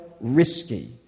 risky